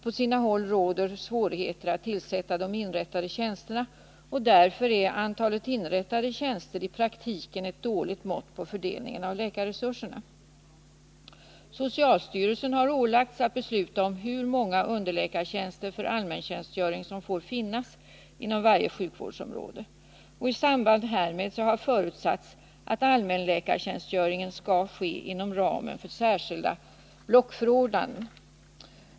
På sina håll råder det svårigheter att tillsätta de inrättade tjänsterna, och dä r antalet sådana tjänster i praktiken ett dåligt mått på fördelningen av läkarresurserna. Socialstyrelsen har ålagts att besluta om hur många underläkartjänster för allmäntjänstgöring som får finnas inom varje sjukvårdsomrade. I samband härmed har det förutsatts att allmänläkartjänstgöringen skall ske inom ramen för särskilda blockförordnanden.